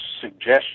suggestion